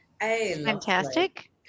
Fantastic